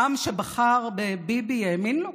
העם שבחר בביבי האמין לו,